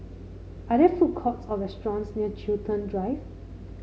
are there food courts or restaurants near Chiltern Drive